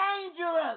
dangerous